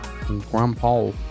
Grandpa